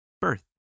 birth